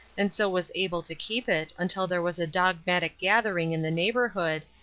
and so was able to keep it until there was a dogmatic gathering in the neighborhood,